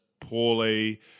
poorly